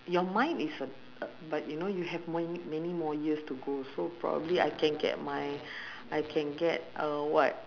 your mind is a a but you know you have mo~ many more years to go so probably I can get my I can get uh what